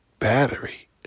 battery